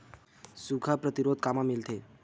सुखा प्रतिरोध कामा मिलथे?